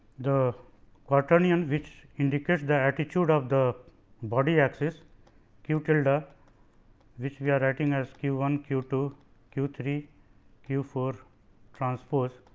the quaternion which indicates the attitude of the body axis q tilde and which we are writing as q one q two q three q four transpose